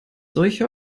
solche